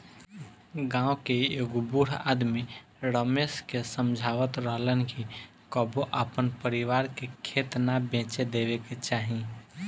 गांव के एगो बूढ़ आदमी रमेश के समझावत रहलन कि कबो आपन परिवार के खेत ना बेचे देबे के चाही